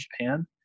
Japan